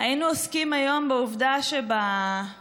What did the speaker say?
היינו עוסקים היום בעובדה שבמשרד